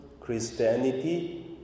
Christianity